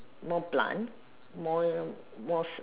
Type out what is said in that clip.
more blunt more more